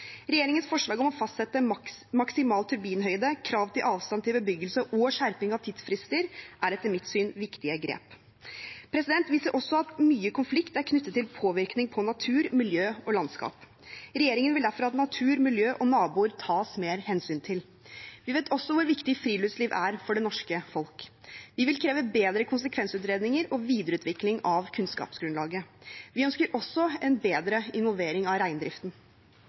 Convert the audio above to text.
Regjeringens forslag om å fastsette maksimal turbinhøyde, krav til avstand til bebyggelse og skjerping av tidsfrister er etter mitt syn viktige grep. Vi ser også at mye konflikt er knyttet til påvirkning på natur, miljø og landskap. Regjeringen vil derfor at natur, miljø og naboer tas mer hensyn til. Vi vet også hvor viktig friluftsliv er for det norske folk. Vi vil kreve bedre konsekvensutredninger og videreutvikling av kunnskapsgrunnlaget. Vi ønsker også en bedre involvering av reindriften.